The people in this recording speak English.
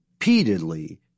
Repeatedly